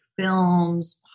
Films